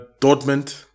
Dortmund